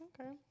Okay